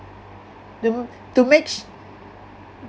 to make